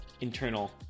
internal